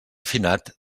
finat